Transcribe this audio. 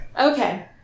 Okay